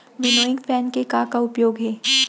Winnowing fan के का का उपयोग हे?